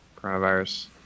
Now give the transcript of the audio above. coronavirus